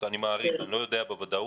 אני מעריך, אני לא יודע בוודאות.